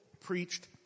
preached